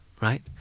right